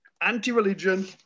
Anti-religion